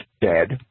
dead